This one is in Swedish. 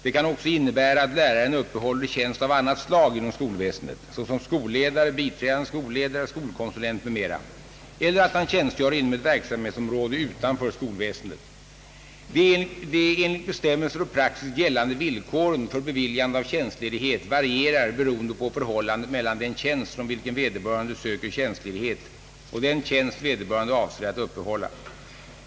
Det kan också innebära att läraren uppehåller tjänst av annat slag inom skolväsendet, såsom skolledare, biträdande skolledare, skolkonsulent m.m. eller att han tjänstgör inom ett verksamhetsområde utanför skolväsendet. De enligt bestämmelser och praxis gällande villkoren för beviljande av tjänstledighet varierar beroende på förhållandet mellan den tjänst från vilken vederbörande söker tjänstledighet och den tjänst vederbörande avser att uppehålla.